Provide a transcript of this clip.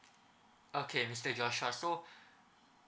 okay mister joshua so